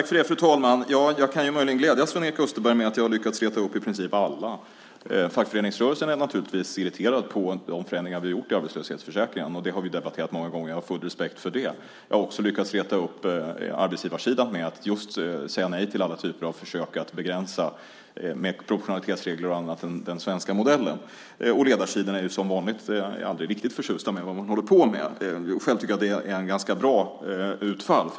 Fru talman! Jag kan möjligen glädja Sven-Erik Österberg med att jag har lyckats reta upp i princip alla. Fackföreningsrörelsen är naturligtvis irriterad på de förändringar vi har gjort i arbetslöshetsförsäkringen. Det har vi debatterat många gånger. Jag har full respekt för det. Jag har också lyckats reta upp arbetsgivarsidan genom att just säga nej till alla typer av försök att begränsa, med proportionalitetsregler och annat, den svenska modellen. Och de på ledarsidorna är som vanligt aldrig riktigt förtjusta i vad man håller på med. Själv tycker jag att det är ett ganska bra utfall.